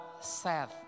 Seth